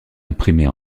imprimées